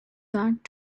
that